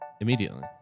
Immediately